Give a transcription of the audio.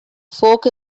folk